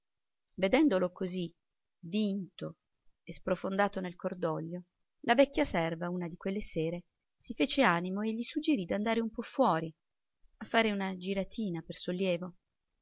vedendolo così vinto e sprofondato nel cordoglio la vecchia serva una di quelle sere si fece animo e gli suggerì d'andare un po fuori a fare una giratina per sollievo